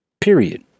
Period